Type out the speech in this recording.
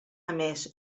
emès